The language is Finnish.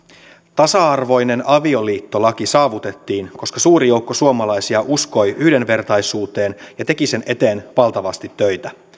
tasa arvoinen avioliittolaki saavutettiin koska suuri joukko suomalaisia uskoi yhdenvertaisuuteen ja teki sen eteen valtavasti töitä